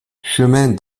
chemin